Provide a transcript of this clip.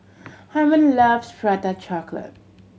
Hymen loves Prata Chocolate